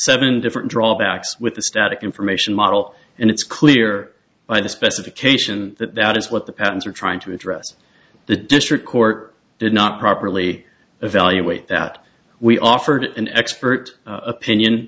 seven different drawbacks with the static information model and it's clear by the specification that that is what the patents are trying to address the district court did not properly evaluate that we offered an expert opinion